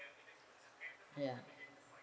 ya